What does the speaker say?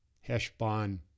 Heshbon